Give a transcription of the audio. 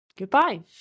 Goodbye